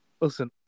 Listen